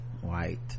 white